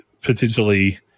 potentially